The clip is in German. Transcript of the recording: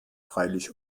freilich